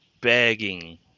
begging